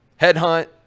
headhunt